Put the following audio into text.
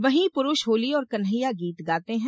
वही पुरूष होली और कन्हैया गीत गाते है